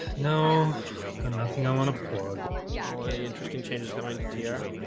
no nothing, i wanna plug all any interesting changes coming to tear